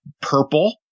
purple